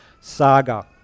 Saga